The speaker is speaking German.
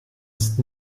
ist